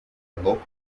local